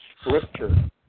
scripture